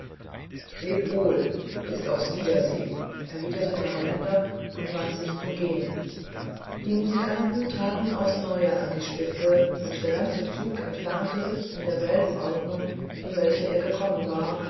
leb wohl bis aufs wiedersehen erwiderte der holländer und wandte sich zum gehen die musikanten traten aufs neue an die spitze und der ganze zug entfernte sich in derselben ordnung in welcher er gekommen war